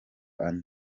andi